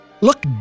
look